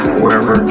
wherever